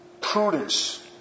prudence